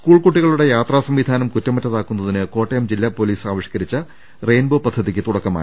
school കൂട്ടികളുടെ യാത്രാസംവിധാനം കുറ്റമറ്റതാക്കുന്നതിന് കോട്ടയം ജില്ലാ പൊലീസ് ആവിഷ്കരിച്ച റെയിൻബോ പദ്ധതിക്ക് തുടക്കമായി